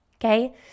Okay